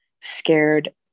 scared